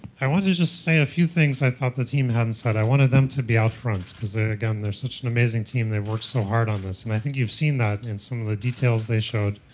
i want to just say a few things i thought the team hadn't said. i wanted them to be out front because again they're such an amazing team, they've worked so hard on this. and i think you've seen that in some of the details they showed.